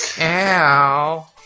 Ow